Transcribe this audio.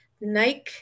nike